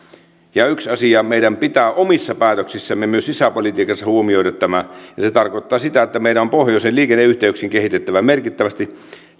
yksi asia meidän pitää omissa päätöksissämme myös sisäpolitiikassa huomioida tämä ja se tarkoittaa sitä että meidän on pohjoisen liikenneyhteyksiä kehitettävä merkittävästi